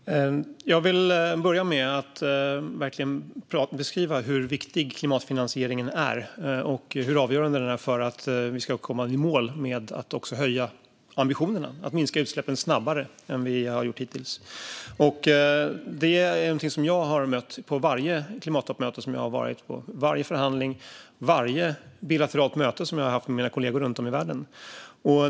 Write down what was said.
Herr talman! Jag vill börja med att verkligen understryka hur viktig och avgörande klimatfinansieringen är för att vi ska komma i mål med att höja ambitionerna och minska utsläppen snabbare än vad vi har gjort hittills. Det är någonting som jag har mött på varje klimattoppmöte som jag varit på, vid varje förhandling och vid varje bilateralt möte som jag haft med mina kollegor runt om i världen.